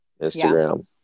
Instagram